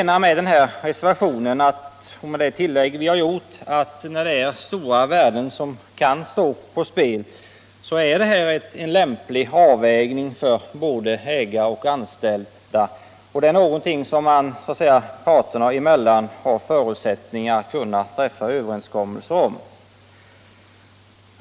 När det är stora värden som kan stå på spel är det som föreslås i den reservationen och i det tillägg vi har gjort en lämplig avvägning för både ägare och anställda, menar vi. Det är någonting som parterna har förutsättningar att träffa överenskommelse om.